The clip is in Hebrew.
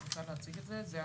את יכולה להציג את זה?